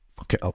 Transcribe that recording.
Okay